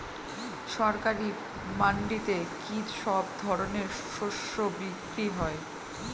সরকারি মান্ডিতে কি সব ধরনের শস্য বিক্রি হয়?